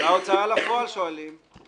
בהוצאה לפועל שואלים.